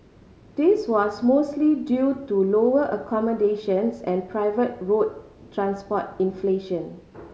this was mostly due to lower accommodations and private road transport inflation